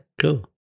Cool